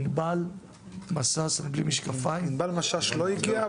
ענבל משש --- ענבל משש לא הגיעה,